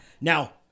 Now